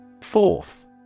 Fourth